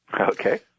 Okay